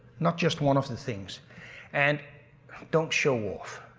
not just one of the things and don't show off.